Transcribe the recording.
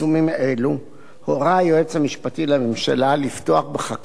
הורה היועץ המשפטי לממשלה לפתוח בחקירה פלילית